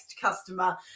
customer